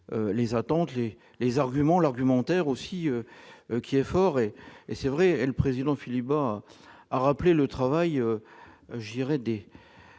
les attentes et les arguments l'argumentaire aussi qui est fort et et c'est vrai, et le président Philippe Bas, a rappelé le travail j'irai de